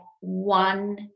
one